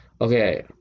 Okay